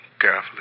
carefully